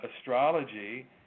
astrology